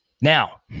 Now